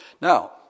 Now